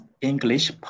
English